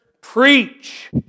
preach